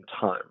time